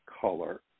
color